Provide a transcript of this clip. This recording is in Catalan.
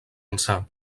ençà